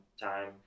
time